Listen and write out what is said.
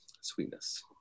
sweetness